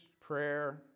prayer